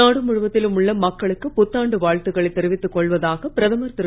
நாடு முழுவதிலும் உள்ள மக்களுக்கு புத்தாண்டு வாழ்த்துக்களை தெரிவித்துக் கொள்வதாக பிரதமர் திரு